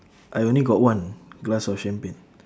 I only got one glass of champagne